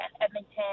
Edmonton